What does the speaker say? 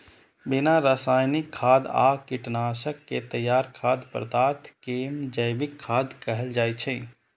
बिना रासायनिक खाद आ कीटनाशक के तैयार खाद्य पदार्थ कें जैविक खाद्य कहल जाइ छै